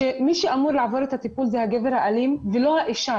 שמי שעבור לעבור את הטיפול זה הגבר האלים ולא האישה.